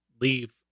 leave